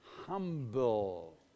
humble